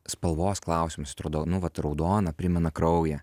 spalvos klausimas atrodo nu vat raudona primena kraują